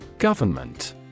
Government